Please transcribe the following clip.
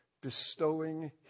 bestowing